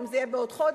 אם זה יהיה בעוד חודש,